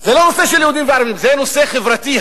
זה לא נושא של יהודים וערבים, זה נושא חברתי.